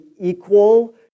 equal